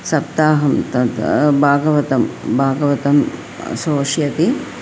सप्ताहं तद् भागवतं भागवतं श्रोष्यति